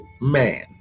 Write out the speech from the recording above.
man